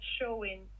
showing